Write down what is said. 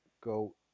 go